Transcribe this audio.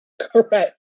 Correct